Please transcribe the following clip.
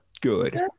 good